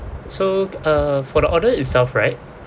so uh for the order itself right